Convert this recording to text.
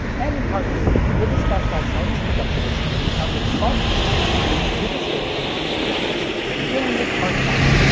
and in part three, we'll discuss why sony's pickup solution would become the default standard, used to this day in and optical drives. we'll begin with part one.